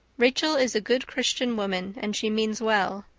rachel is a good christian woman and she means well.